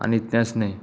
आनी तेंच न्ही